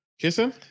Kissing